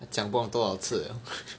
讲不懂多少次 liao